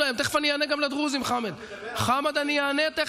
אבל אלה לא תקציבי פיתוח,